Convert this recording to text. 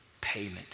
payment